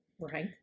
Right